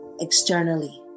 externally